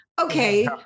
Okay